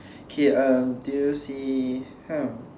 k uh do you see !huh!